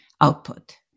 output